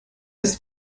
ist